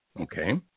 Okay